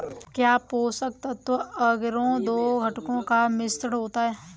क्या पोषक तत्व अगरो दो घटकों का मिश्रण होता है?